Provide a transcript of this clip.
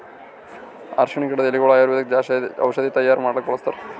ಅರ್ಷಿಣ್ ಗಿಡದ್ ಎಲಿಗೊಳು ಆಯುರ್ವೇದಿಕ್ ಔಷಧಿ ತೈಯಾರ್ ಮಾಡಕ್ಕ್ ಬಳಸ್ತಾರ್